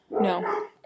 No